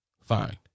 Fine